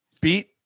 beat